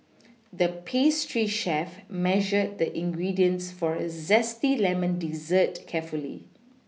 the pastry chef measured the ingredients for a zesty lemon dessert carefully